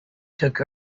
took